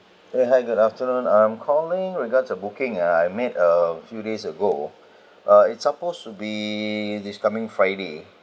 !hey! hi good afternoon I'm calling regards to booking uh I made a few days ago uh it's supposed to be this coming friday